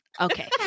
Okay